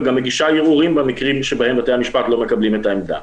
וגם מגישה ערעורים במקרים שבהם בתי המשפט לא מקבלים את העמדה.